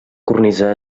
cornisa